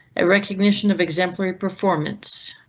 i recognition of exemplary performance.